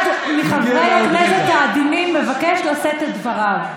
אחד מחברי הכנסת העדינים מבקש לשאת את דבריו.